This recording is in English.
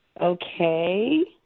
Okay